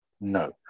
No